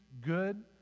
good